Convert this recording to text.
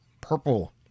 purple